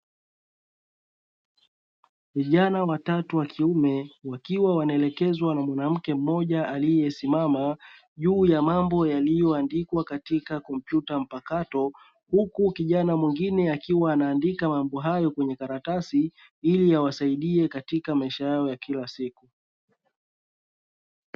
Vijana watatu wa kiume wakiwa wanaelekezwa na mwanamke mmoja aliyesimama juu ya mambo yaliyoandikwa katika kompyuta mpakato, huku kijana mwingine akiwa anaandika mambo hayo kwenye karatasi ili yaweze kuwasadia katika maisha yao ya kila siku.